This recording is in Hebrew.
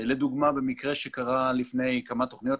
לדוגמה במקרה שקרה לפני כמה תוכניות,